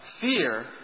fear